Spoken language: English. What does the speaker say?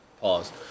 pause